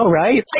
right